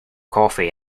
coffee